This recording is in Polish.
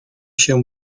się